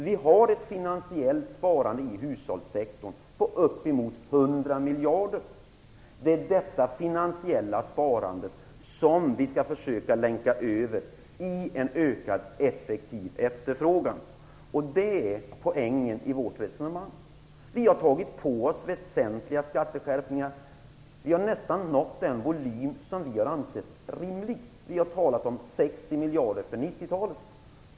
Det finns ett finansiellt sparande i hushållssektorn på uppemot 100 miljarder. Detta finansiella sparande skall vi försöka länka över i en ökad effektiv efterfrågan. Det är poängen i vårt resonemang. Vi har tagit på oss väsentliga skatteskärpningar. Vi har nästan nått den volym som vi har ansett vara rimlig. Vi har talat om 60 miljarder för 1990-talet.